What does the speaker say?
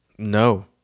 No